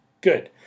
good